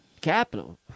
capital